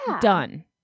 done